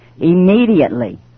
immediately